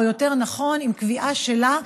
או יותר נכון עם קביעה שלה,